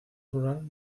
rural